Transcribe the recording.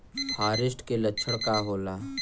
फारेस्ट के लक्षण का होला?